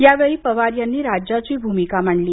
यावेळी पवार यांनी राज्याची भूमिका मांडली